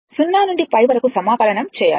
0 నుండి π వరకు సమాకలనం చేయాలి